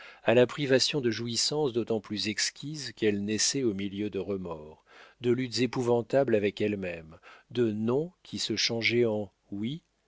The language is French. à la privation de jouissances d'autant plus exquises qu'elles naissaient au milieu de remords de luttes épouvantables avec elle-même de non qui se changeaient en oui